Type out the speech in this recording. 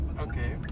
Okay